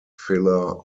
filler